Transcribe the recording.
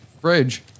fridge